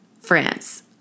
France